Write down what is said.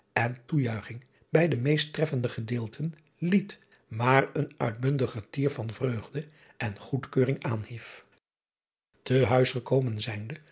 en toejuiching bij de meest treffende gedeelten liet maar een uitbundig getier van vreugde en goedkeuring aanhief e huis gekomen zijnde